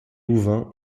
louvain